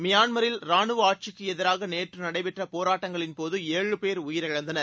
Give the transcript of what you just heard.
மியான்மரில் ரானுவ ஆட்சிக்கு எதிராக நேற்று நடைபெற்ற போராட்டங்களின்போது ஏழு பேர் உயிரிழந்தனர்